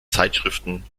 zeitschriften